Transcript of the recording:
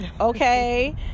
okay